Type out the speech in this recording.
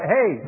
Hey